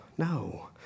No